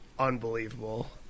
unbelievable